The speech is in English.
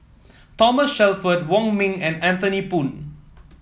Thomas Shelford Wong Ming and Anthony Poon